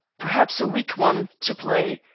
perhaps a weak one, to play,